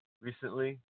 recently